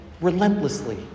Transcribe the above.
relentlessly